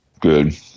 Good